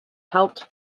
helped